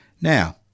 Now